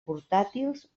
portàtils